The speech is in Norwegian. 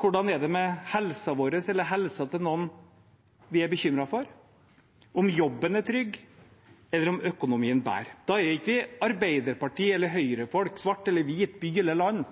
Hvordan er det med helsen vår eller helsen til noen vi er bekymret for? Er jobben trygg? Bærer økonomien? Da er vi ikke arbeiderparti- eller høyrefolk, svart eller hvit, by eller land.